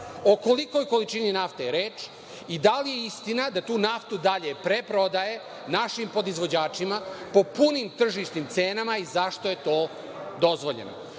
O kolikoj količini nafte je reč? Da li je istina da tu naftu dalje preprodaju našim podizvođačima po putnim tržišnim cenama i zašto je to dozvoljeno? Složićete